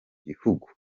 gihugu